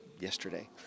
yesterday